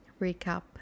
recap